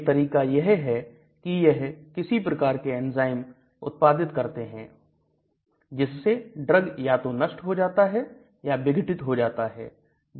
एक तरीका यह है कि यह किस प्रकार के एंजाइम उत्पादित करते हैं जिससे ड्रग या तो नष्ट हो जाता है या विघटित हो जाता है